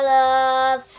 love